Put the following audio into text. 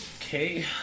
Okay